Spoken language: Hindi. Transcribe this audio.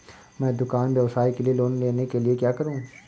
मैं दुकान व्यवसाय के लिए लोंन लेने के लिए क्या करूं?